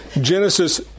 Genesis